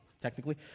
technically